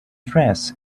dress